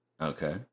Okay